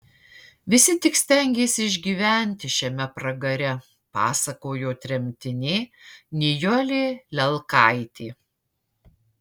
visi tik stengėsi išgyventi šiame pragare pasakojo tremtinė nijolė lelkaitė